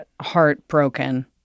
heartbroken